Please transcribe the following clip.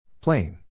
Plain